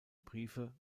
briefe